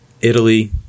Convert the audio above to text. Italy